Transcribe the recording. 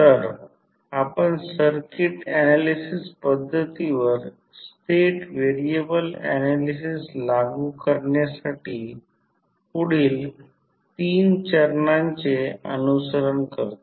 तर आपण circuit analysis पद्धतीवर स्टेट व्हेरिएबल ऍनालिसिस लागू करण्यासाठी पुढील तीन चरणांचे अनुसरण करतो